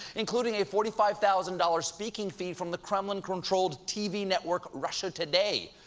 including a forty five thousand dollars speaking fee from the kremlin-controlled tv network, russia today.